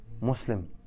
Muslim